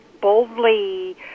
boldly